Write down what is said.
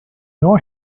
know